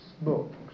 books